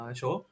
show